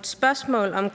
nogle spørgsmål.